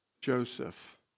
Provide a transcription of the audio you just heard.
Joseph